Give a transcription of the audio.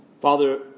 Father